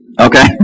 Okay